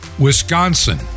Wisconsin